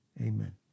Amen